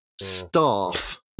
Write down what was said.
staff